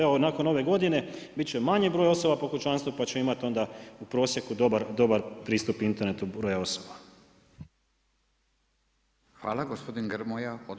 Evo nakon ove godine, bit će manji broj osoba po kućanstvu, pa će imati u prosjeku dobar pristup internetu broja osoba.